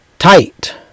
tight